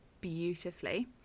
beautifully